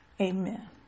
Amen